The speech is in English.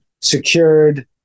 secured